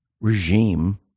regime